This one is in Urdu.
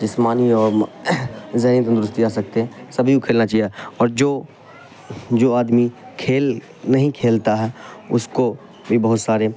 جسمانی اور ذہنی تندرستی آ سکتے سبھی کو کھیلنا چاہیے اور جو جو آدمی کھیل نہیں کھیلتا ہے اس کو بھی بہت سارے